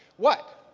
what?